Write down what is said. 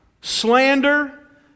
slander